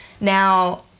now